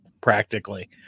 practically